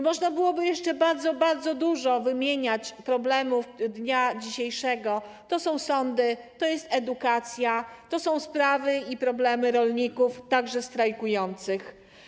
Można byłoby jeszcze bardzo, bardzo dużo wymieniać problemów dnia dzisiejszego: to są sądy, to jest edukacja, to są sprawy i problemy rolników, także strajkujących.